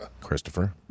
Christopher